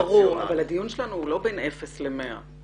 ברור, אבל הדיון שלנו הוא לא בין אפס ל-100.